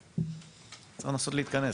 צריך לנסות להתכנס.